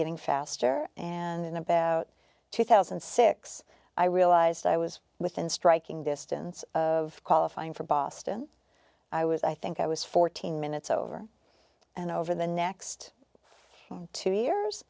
getting faster and in about two thousand and six i realized i was within striking distance of qualifying for boston i was i think i was fourteen minutes over and over the next two years